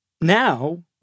now